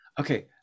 Okay